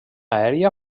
aèria